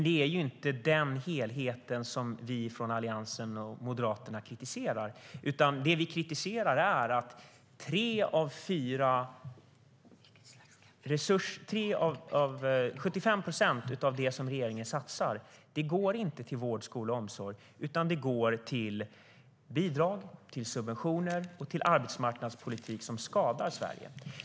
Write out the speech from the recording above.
Det är inte den helheten som vi från Alliansen och Moderaterna kritiserar, utan det vi kritiserar är att 75 procent av det som regeringen satsar inte går till vård, skola och omsorg utan till bidrag, subventioner och arbetsmarknadspolitik som skadar Sverige.